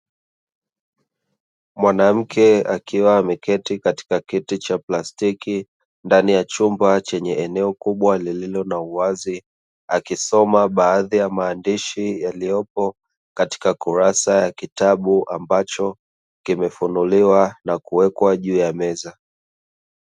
Mwanamke akiwa ameketi katika kiti cha plastiki ndani ya chumba chenye eneo kubwa lililo na uwazi, akisoma baadhi ya maandishi yaliyopo katika kurasa ya kitabu ambacho kimefunuliwa na kuwekwa juu ya meza.